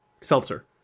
seltzer